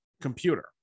Computer